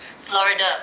Florida